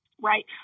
right